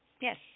Yes